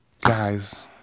Guys